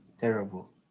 terrible